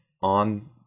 on